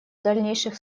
дальнейших